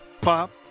pop